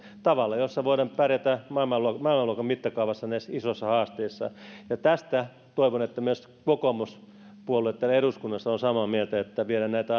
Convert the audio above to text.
tavalla jolla voidaan pärjätä maailmaluokan maailmaluokan mittakaavassa näissä isoissa haasteissa toivon että myös kokoomuspuolue täällä eduskunnassa on samaa mieltä tästä että viedään näitä